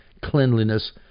cleanliness